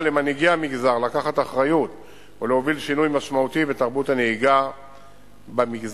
למנהיגי המגזר לקחת אחריות ולהוביל שינוי משמעותי בתרבות הנהיגה במגזר.